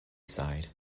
side